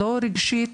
לא רגשית